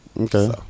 Okay